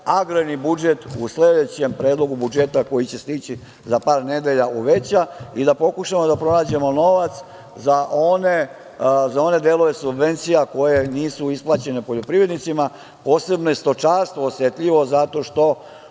agrarni budžet u sledećem predlogu budžeta koji će stići za par nedelja uveća i da pokušamo da pronađemo novac za one delove subvencija koje nisu isplaćene poljoprivrednicima. Posebno je stočarstvo osetljivo zato što